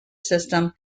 system